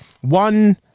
One